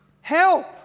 Help